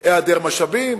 היעדר משאבים.